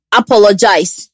apologize